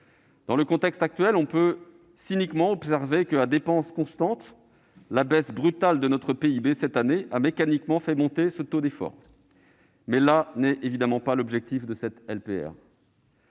Dans le contexte actuel, on peut cyniquement observer que, à dépenses constantes, la baisse brutale de notre PIB cette année a mécaniquement fait monter ce taux d'effort. Mais là n'est évidemment pas l'objectif de cette LPPR.